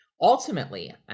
Ultimately